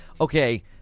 okay